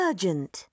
Urgent